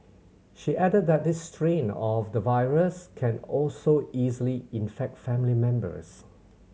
she added that this strain of the virus can also easily infect family members